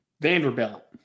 Vanderbilt